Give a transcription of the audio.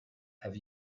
have